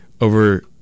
over